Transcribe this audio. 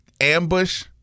ambush